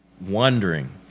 wondering